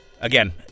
Again